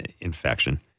infection